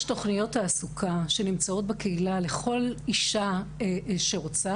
יש תוכניות תעסוקה שנמצאות בקהילה לכל אישה שרוצה.